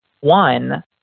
one